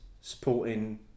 supporting